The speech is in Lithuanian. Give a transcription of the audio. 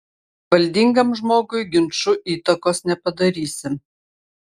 valdingam žmogui ginču įtakos nepadarysi